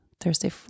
Thursday